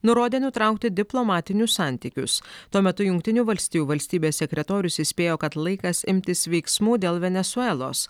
nurodė nutraukti diplomatinius santykius tuo metu jungtinių valstijų valstybės sekretorius įspėjo kad laikas imtis veiksmų dėl venesuelos